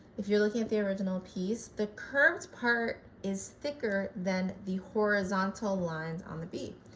if you're looking at the original piece the curved part is thicker than the horizontal lines on the b.